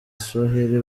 swahili